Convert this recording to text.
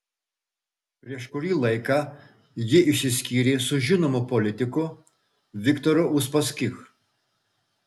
prieš kurį laiką ji išsiskyrė su žinomu politiku viktoru uspaskich